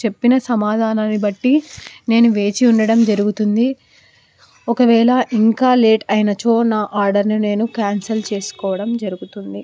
చెప్పిన సమాధానాన్ని బట్టి నేను వేచి ఉండడం జరుగుతుంది ఒకవేళ ఇంకా లేట్ అయినచో నా ఆర్డర్ని నేను క్యాన్సల్ చేసుకోవడం జరుగుతుంది